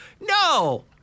no